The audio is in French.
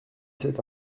cet